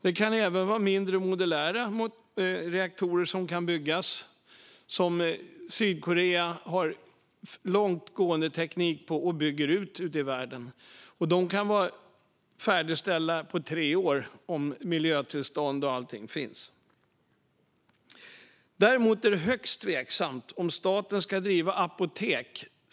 Det kan även vara mindre modulära reaktorer som kan byggas. Sydkorea har långtgående teknik och bygger ut ute i världen. De kan vara färdigställda på tre år om miljötillstånd och allting finns. Däremot är det högst tveksamt att staten ska driva apotek.